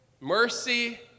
mercy